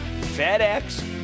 FedEx